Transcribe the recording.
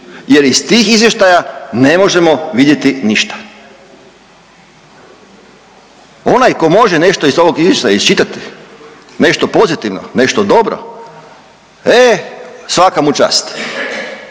jer iz tih izvještaja ne možemo vidjeti ništa. Onaj tko može nešto iz ovog Izvještaja iščitati, nešto pozitivno, nešto dobro, e, svaka mu čast.